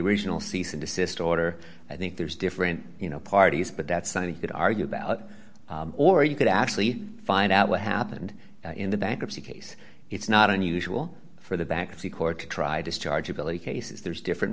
original cease and desist order i think there's different you know parties but that somebody could argue about or you could actually find out what happened in the bankruptcy case it's not unusual for the bankruptcy court to try discharge ability cases there's different